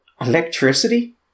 electricity